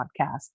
podcast